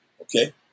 okay